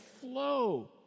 flow